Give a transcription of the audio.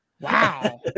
Wow